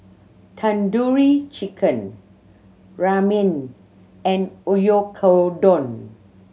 Tandoori Chicken Ramen and Oyakodon